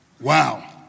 Wow